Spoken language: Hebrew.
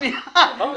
שנייה.